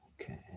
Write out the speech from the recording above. Okay